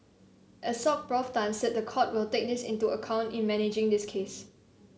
Assoc Professor Tan said the court will take this into account in managing this case